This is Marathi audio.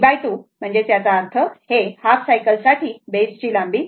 तर याचा अर्थ हे हाफ सायकल साठी बेसची लांबी